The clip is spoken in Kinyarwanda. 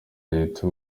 leta